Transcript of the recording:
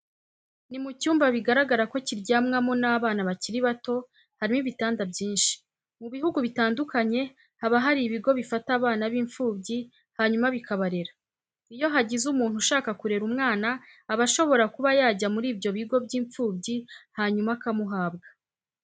Ni mu cyumba bigaragara ko kiryamwamo n'abana bakiri bato, harimo ibitanda byinshi. Mu bihugu bitandukanye haba hari ibigo bifata abana b'imfubyi hanyuma bikabarera. Iyo hagize umuntu ushaka kurera umwana aba ashobora kuba yajya muri ibyo bigo by'imfubyi hanyuma akamuhabwa.